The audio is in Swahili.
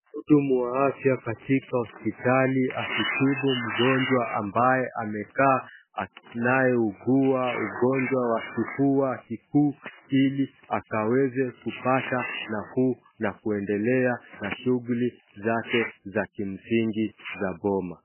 Muhudumu wa afya katika hospitali akitibu mgonjwa ambaye amekaa anayeugua ugonjwa wa kifua kikuu ili akaweze kupata nafuu na kuendelea na shughuli zake za kimsingi za boma.